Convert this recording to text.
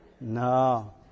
No